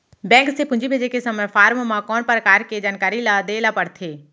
Bank से पूंजी भेजे के समय फॉर्म म कौन परकार के जानकारी ल दे ला पड़थे?